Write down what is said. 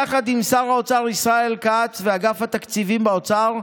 יחד עם שר האוצר ישראל כץ ואגף התקציבים באוצר,